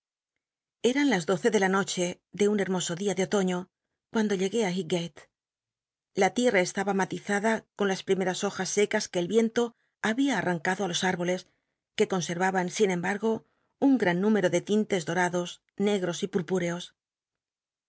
eran las doce de la noche de un bermoso dia de otoiio cuando llegué llighgale la licita estaba matizada con las primeras hojas secas que el yicn lo babia artancado los rboles que conse rvaban sin embargo un gr an número de tintes dorados negros y